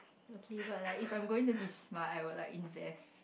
okay but like if I'm going to be smart I will like invest